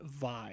Vibe